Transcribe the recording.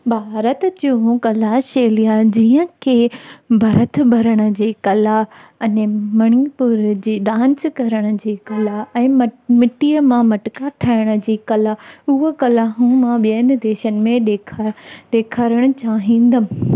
भारत जूं कला शैलिया जीअं की भर्त भरण जी कला अने मणीपुर जी डांस करण जी कला ऐं मट मिटीअ मां मटका ठाहिण जी कला उहा कला हू मां ॿियनि देशनि में ॾेखा ॾेखारणु चाहिंदमि